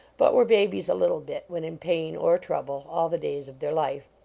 but were babies a little bit, when in pain or trouble, all the days of their life.